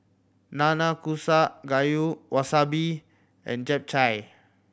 Nanakusa Gayu Wasabi and Japchae